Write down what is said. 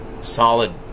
solid